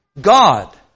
God